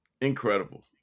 Incredible